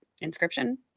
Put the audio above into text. inscription